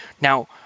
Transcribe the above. Now